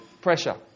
Pressure